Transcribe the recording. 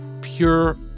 Pure